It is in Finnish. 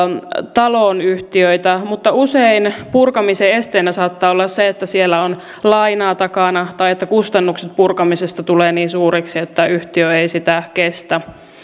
taloyhtiöitä mutta usein purkamisen esteenä saattaa olla se että siellä on lainaa takana tai että kustannukset purkamisesta tulevat niin suuriksi että yhtiö ei sitä kestä